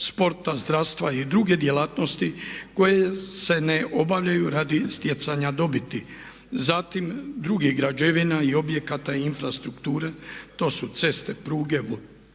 sporta, zdravstva i druge djelatnosti koje se ne obavljaju radi stjecanja dobiti. Zatim drugih građevina i objekata i infrastrukture to su ceste, pruge, vodovod,